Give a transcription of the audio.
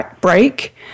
break